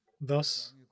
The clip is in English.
Thus